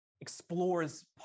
explores